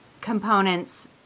components